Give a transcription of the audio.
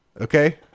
Okay